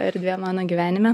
erdvė mano gyvenime